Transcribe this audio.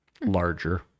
larger